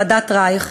ועדת רייך,